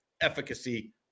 efficacy